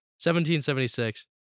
1776